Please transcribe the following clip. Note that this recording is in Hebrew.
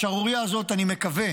אני מקווה